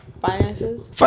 Finances